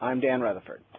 um dan rutherford.